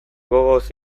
gogoz